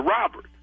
Robert